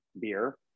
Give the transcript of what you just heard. beer